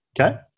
Okay